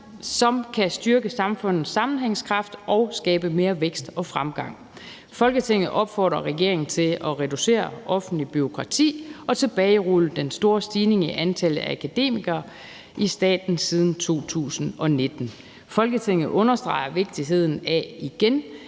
som kan styrke samfundets sammenhængskraft og skabe mere vækst og fremgang. Folketinget opfordrer regeringen til at reducere offentligt bureaukrati og tilbagerulle den store stigning i antallet af akademikere i staten siden 2019. Folketinget understreger vigtigheden af igen